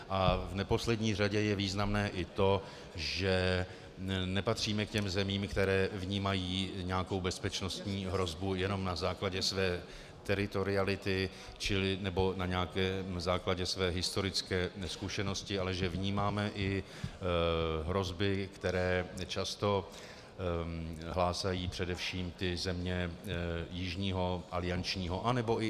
A v neposlední řadě je významné i to, že nepatříme k těm zemím, které vnímají nějakou bezpečnostní hrozbu jen na základě své teritoriality nebo na nějakém základě své historické zkušenosti, ale že vnímáme i hrozby, které často hlásají především země jižního aliančního anebo i unijního křídla.